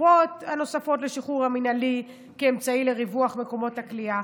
החלופות הנוספות לשחרור המינהלי כאמצעי לריווח מקומות הכליאה,